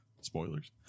Spoilers